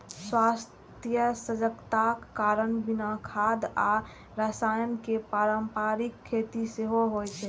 स्वास्थ्य सजगताक कारण बिना खाद आ रसायन के पारंपरिक खेती सेहो होइ छै